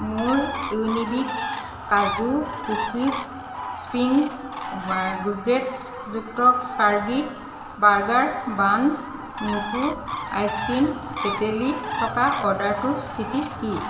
মোৰ ইউনিবিক কাজু কুকিছ স্প্ৰিং গ্ৰুকেটযুক্ত ফাৰ্গিক বাৰ্গাৰ বান নুটু আইচক্ৰীম তেতেলী থকা অৰ্ডাৰটোৰ স্থিতি কি